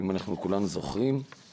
אם אנחנו כולנו זוכרים,